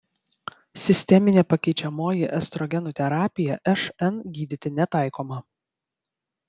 sisteminė pakeičiamoji estrogenų terapija šn gydyti netaikoma